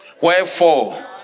Wherefore